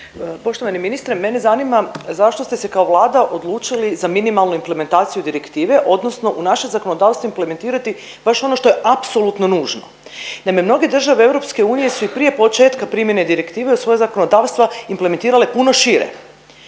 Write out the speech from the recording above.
Poštovani ministre, mene zanima zašto ste se kao Vlada odlučili za minimalnu implementaciju direktive odnosno u naše zakonodavstvo implementirati baš ono što je apsolutno nužno. Naime, mnoge države EU su i prije početka primjene direktive u svoja zakonodavstva implementirale puno šire.